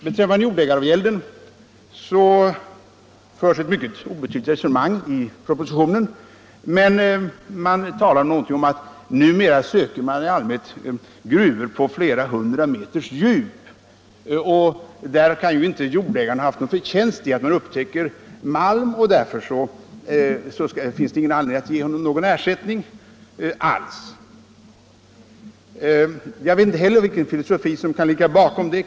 Beträffande jordägaravgälden förs ett mycket obetydligt resonemang i propositionen, men det talas något om att man numera i allmänhet söker malm i gruvor på flera hundra meters djup, att jordägaren inte eljest skulle ha gjort sig någon förtjänst av den malm man upptäcker där och att man därför inte har någon anledning att ge honom någon ersättning alls. Jag vet inte heller vilken filosofi som kan ligga bakom detta.